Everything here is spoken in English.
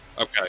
Okay